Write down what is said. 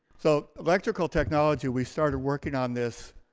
so electrical technology, we started working on this,